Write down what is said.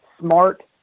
smart